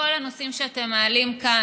כל הנושאים שאתם מעלים כאן,